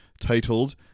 titled